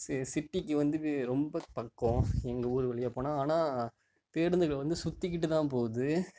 C சிட்டிக்கு வந்து ரொம்ப பக்கம் எங்கள் ஊரு வழியாக போனால் ஆனால் பேருந்துகள் வந்து சுற்றிக்கிட்டு தான் போகுது